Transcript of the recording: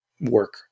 work